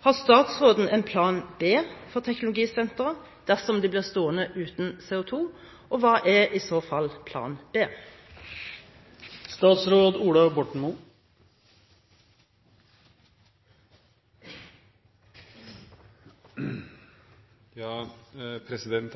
Har statsråden en plan B for teknologisenteret dersom det blir stående uten CO2, og hva er i så fall plan B?